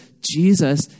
Jesus